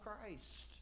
Christ